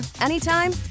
anytime